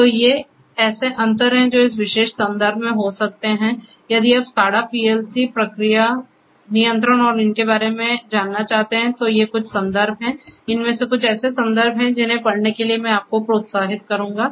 तो ये ऐसे अंतर हैं जो इस विशेष संदर्भ में हो सकते हैं यदि आप स्काडा पीएलसी प्रक्रिया नियंत्रण और इतने पर के बारे में जानना चाहते हैं तो ये कुछ संदर्भ हैं इनमें से कुछ ऐसे संदर्भ हैं जिन्हें पढ़ने के लिए मैं आपको प्रोत्साहित करूंगा